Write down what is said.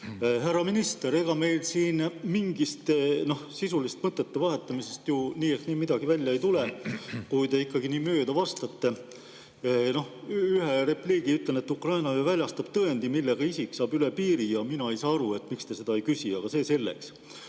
Härra minister! Ega meil siin sisulisest mõtete vahetamisest ju nii ehk naa midagi välja ei tule, kui te ikkagi nii mööda vastate. Ühe repliigi ütlen: Ukraina ju väljastab tõendi, millega isik saab üle piiri, ja mina ei saa aru, miks te seda ei küsi. Aga see selleks. Küsimus